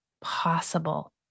possible